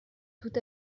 tout